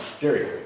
Jerry